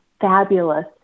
fabulous